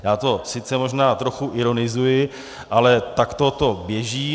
Já to sice možná trochu ironizuji, ale takto to běží.